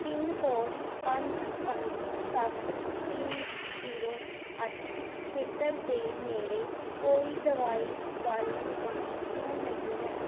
pin code ਪੰਜ ਪੰਜ ਸੱਤ ਤਿੰਨ ਜੀਰੋ ਅੱਠ ਖੇਤਰ ਦੇ ਨੇੜੇ ਕੋਈ ਦਵਾਈ ਵਾਲੀ ਦੁਕਾਨ ਕਿਉਂ ਨਹੀਂ ਹੈ